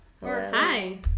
Hi